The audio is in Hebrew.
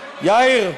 יאיר,